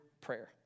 prayer